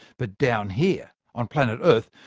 but down here on planet earth,